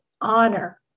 honor